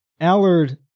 Allard